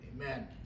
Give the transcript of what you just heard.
amen